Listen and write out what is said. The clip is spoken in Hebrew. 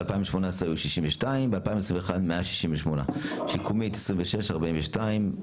ב-2018 היו 62, ב-2021 168, שיקומית: 26 ו-42.